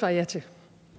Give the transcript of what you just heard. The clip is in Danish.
(Henrik